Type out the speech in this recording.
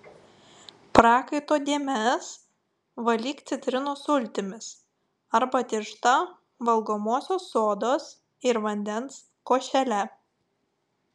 prakaito dėmes valyk citrinų sultimis arba tiršta valgomosios sodos ir vandens košele